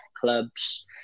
clubs